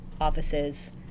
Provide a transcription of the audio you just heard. offices